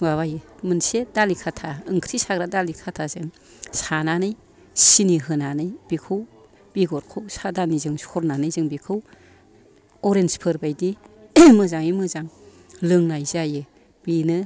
माबायो मोनसे दालि खाथा ओंख्रि साग्रा दालि खाथाजों सानानै सिनि होनानै बेखौ बेगरखौ साहा दानिजों सरनानै जों बेखौ अरेन्ज फोर बायदि मोजाङै मोजां लोंनाय जायो बेनो